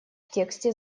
тексте